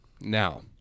Now